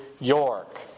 York